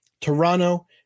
Toronto